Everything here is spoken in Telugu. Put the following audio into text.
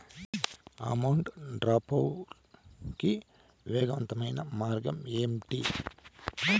అమౌంట్ ట్రాన్స్ఫర్ కి వేగవంతమైన మార్గం ఏంటి